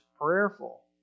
prayerful